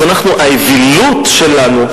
אז האווילות שלנו,